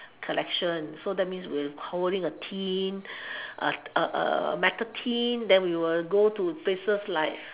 collection so that means we'll holding a tin a a metal tin then we'll go to places like